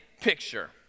picture